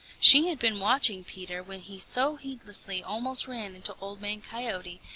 she had been watching peter when he so heedlessly almost ran into old man coyote,